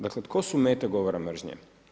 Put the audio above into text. Dakle tko su mete govora mržnje?